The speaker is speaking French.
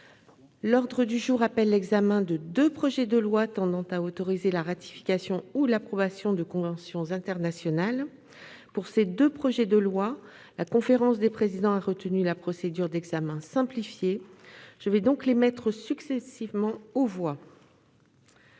L'ordre du jour appelle l'examen de deux projets de loi tendant à autoriser la ratification ou l'approbation de conventions internationales. Pour ces deux projets de loi, la conférence des présidents a retenu la procédure d'examen simplifié. Je vais donc les mettre successivement aux voix.